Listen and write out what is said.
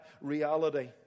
reality